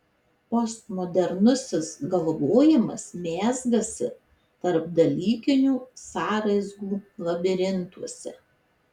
postmodernusis galvojimas mezgasi tarpdalykinių sąraizgų labirintuose